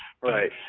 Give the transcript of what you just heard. Right